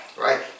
right